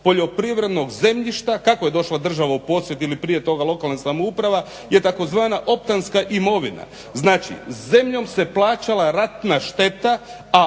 poljoprivrednog zemljišta. Kako je došla država u posjed ili prije toga lokalna samouprava je tzv. optantska imovina. Znači zemljom se plaćala ratna šteta